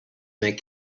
make